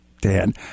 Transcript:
Dan